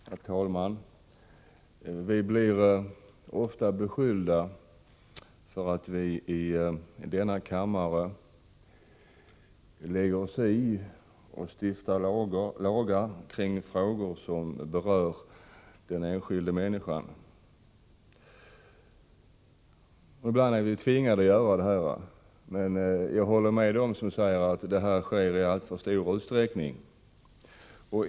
Herr talman! Vi i denna kammare blir ofta beskyllda för att lägga oss i och stifta lagar kring frågor som berör den enskilda människan. Ibland är vi tvungna att göra det, men jag håller med dem som säger att det sker i alltför stor utsträckning.